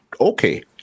Okay